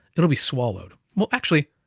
it'll be swallowed. well actually,